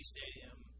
Stadium